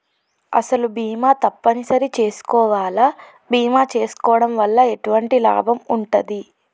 అసలు బీమా తప్పని సరి చేసుకోవాలా? బీమా చేసుకోవడం వల్ల ఎటువంటి లాభం ఉంటది?